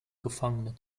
gefangene